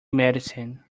medicine